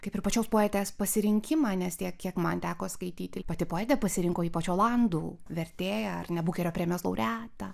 kaip ir pačios poetės pasirinkimą nes tiek kiek man teko skaityti pati poetė pasirinko ypač olandų vertėją ar ne bukerio premijos laureatą